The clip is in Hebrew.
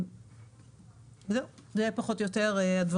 אלה הדברים, פחות או יותר.